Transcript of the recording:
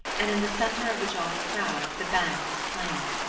and in the centre of the jolly crowd the band was playing.